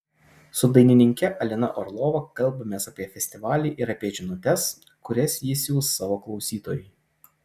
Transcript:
su dainininke alina orlova kalbamės apie festivalį ir apie žinutes kurias ji siųs savo klausytojui